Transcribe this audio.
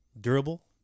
durable